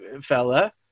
fella